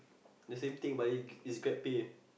the same thing but they it's grabpay